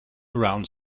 around